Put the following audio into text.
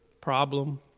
Problem